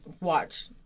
watch